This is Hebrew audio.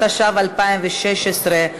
התשע"ו 2016,